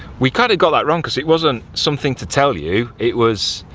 we kind of got that wrong because it wasn't something to tell you it was,